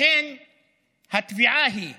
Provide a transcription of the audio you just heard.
לכן התביעה היא א.